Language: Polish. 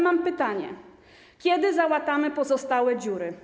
Mam pytanie: Kiedy załatamy pozostałe dziury?